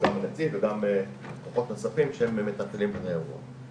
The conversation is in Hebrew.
אתה יכול רגע לנסות לדבר בלי המצגת?